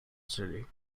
city